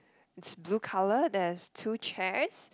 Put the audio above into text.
which is blue colour there's two chairs